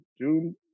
June